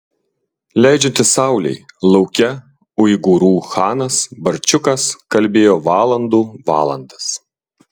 leidžiantis saulei lauke uigūrų chanas barčiukas kalbėjo valandų valandas